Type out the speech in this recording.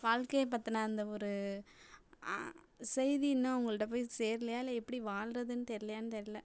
வாழ்க்கைய பற்றின அந்த ஒரு செய்தி இன்னும் அவங்கள்ட்ட போய் சேரலையா இல்லை எப்படி வாழ்றதுன்னு தெரிலையான்னு தெரில